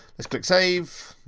let's click save.